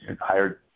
Hired